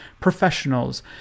professionals